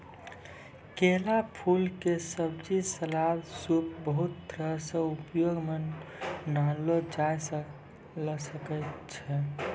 केला फूल के सब्जी, सलाद, सूप बहुत तरह सॅ प्रयोग मॅ लानलो जाय ल सकै छो